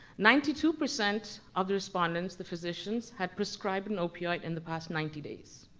ninety two percent of the respondents, the physicians, had prescribed an opioid in the past ninety days.